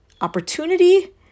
opportunity